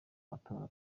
matora